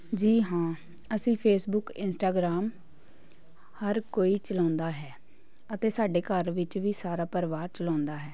ਜੀ ਹਾਂ ਅਸੀਂ ਫੇਸਬੁੱਕ ਇੰਸਟਾਗ੍ਰਾਮ ਹਰ ਕੋਈ ਚਲਾਉਂਦਾ ਹੈ ਅਤੇ ਸਾਡੇ ਘਰ ਵਿੱਚ ਵੀ ਸਾਰਾ ਪਰਿਵਾਰ ਚਲਾਉਂਦਾ ਹੈ